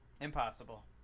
impossible